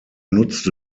nutzte